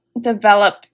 develop